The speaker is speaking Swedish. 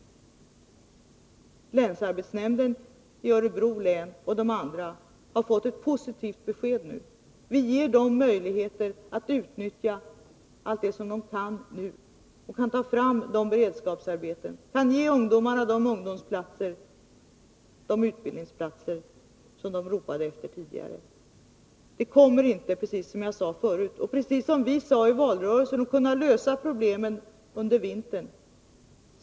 Länsarbetsnämnden i Örebro län och de andra har fått ett positivt besked nu. Vi ger dem möjligheter att utnyttja allt de kan, att ta fram beredskapsarbeten, att ge ungdomarna de ungdomsplatser och utbildningsplatser som de ropade efter tidigare. Det kommer inte, precis som jag sade förut och precis som vi sade i valrörelsen, att kunna lösa problemen under vintern.